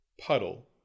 puddle